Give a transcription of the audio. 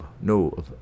no